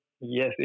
Yes